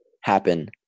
happen